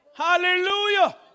Hallelujah